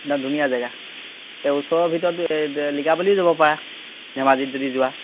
ইমান ধুনীয়া জেগা এই ওচৰৰ ভিতৰতো লিকাবালিও যাব পাৰা ধেমাজিত যদি যোৱা